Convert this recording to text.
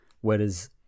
whereas